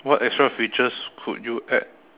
what extra features could you add